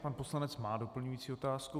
Pan poslanec má doplňující otázku.